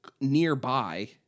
nearby